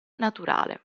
naturale